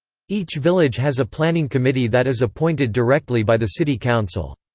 each village has a planning committee that is appointed directly by the city council.